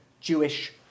Jewish